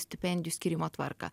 stipendijų skyrimo tvarką